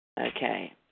Okay